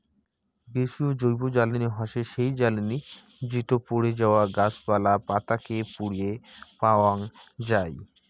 গ্যাসীয় জৈবজ্বালানী হসে সেই জ্বালানি যেটো পড়ে যাওয়া গাছপালা, পাতা কে পুড়িয়ে পাওয়াঙ যাই